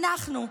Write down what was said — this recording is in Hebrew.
אנחנו,